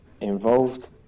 involved